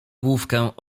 główkę